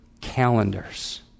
calendars